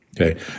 okay